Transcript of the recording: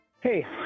Hey